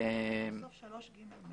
בסעיף 3ג(ב),